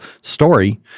story